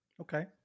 Okay